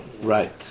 Right